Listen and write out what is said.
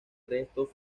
restos